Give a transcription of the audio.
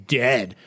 dead